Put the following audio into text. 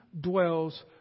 dwells